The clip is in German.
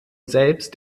selbst